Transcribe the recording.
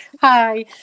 Hi